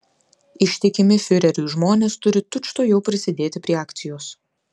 ištikimi fiureriui žmonės turi tučtuojau prisidėti prie akcijos